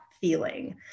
feeling